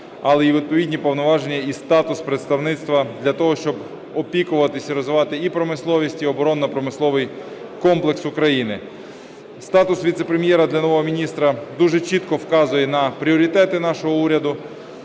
але і відповідні повноваження і статус представництва для того, щоби опікуватися і розвивати і промисловість, і оборонно-промисловий комплекс України. Статус віце-прем'єра для нового міністра дуже чітко вказує на пріоритети нашого уряду.